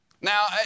Now